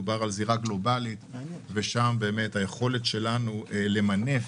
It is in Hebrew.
מדובר על זירה גלובאלית ששם היכולת שלנו למנף,